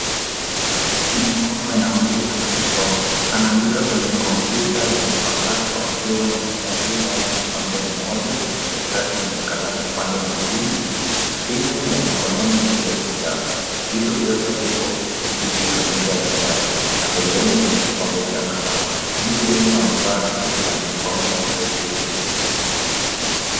Hii ni mikono ya mtu anayesoma. Anaandika kwenye kompyuta ya mpakato akiwa na kitabu wazi upande mmoja, daftari lenye kalamu upande mwingine, simu ya mkononi juu ya vitabu. Vitu vyote viko juu ya meza ya mbao na pembeni kuna kikombe cha kahawa. Mtu huyu amevaa shati la mikono mirefu ya checked .